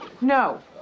no